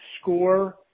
score